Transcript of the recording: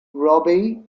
robbie